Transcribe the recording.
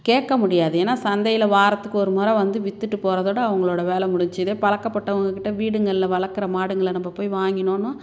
கேட்க முடியாது ஏன்னால் சந்தையில் வாரத்துக்கு ஒரு முறை வந்து விற்றுட்டு போகிறதோட அவங்களோட வேலை முடிஞ்சு இதே பழக்கப்பட்டவங்கக் கிட்டே வீடுங்களில் வளர்க்குற மாடுங்களை நம்ம போய் வாங்கினோன்னால்